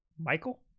michael